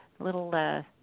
little